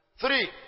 Three